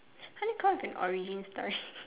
how do you come up with an origin story